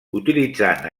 utilitzant